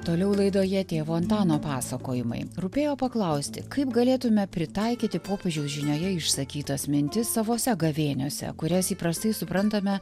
toliau laidoje tėvo antano pasakojimai rūpėjo paklausti kaip galėtume pritaikyti popiežiaus žinioje išsakytas mintis savose gavėniose kurias įprastai suprantame